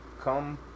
Come